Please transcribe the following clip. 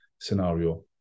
scenario